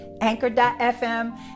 anchor.fm